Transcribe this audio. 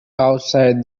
outside